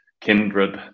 Kindred